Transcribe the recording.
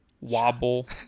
Wobble